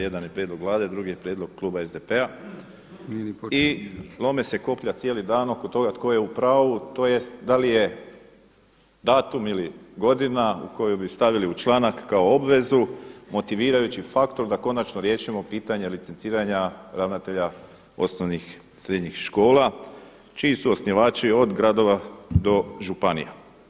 Jedan je prijedlog Vlade, a drugi je prijedlog Kluba SDP-a i lome se koplja cijeli dan oko toga tko je u pravu tj. da li je datum ili godina koju bi stavili u članak kao obvezu motivirajući faktor da konačno riješimo pitanje licenciranje ravnatelja osnovnih i srednjih škola čiji su osnivači od gradova do županija.